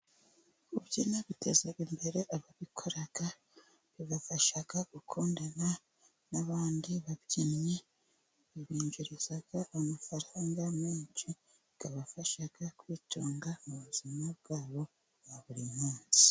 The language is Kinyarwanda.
Ku byina biteza imbere ababikora, bibafasha gukundana n'abandi babyinnyi, bibinjiriza amafaranga menshi, akabafasha kwitunga mu buzima bwabo bwa buri munsi.